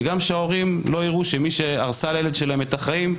וגם שההורים לא יראו שמי שהרסה לילד שלהם את החיים,